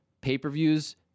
pay-per-views